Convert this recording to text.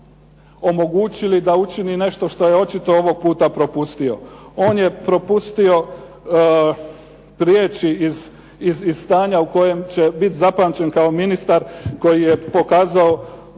onda omogućili da učini nešto što je očito ovog puta propustio. On je propustio riječi iz stanja u kojem će biti zapamćen kao ministar koji je pokazao